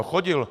Chodil.